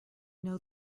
know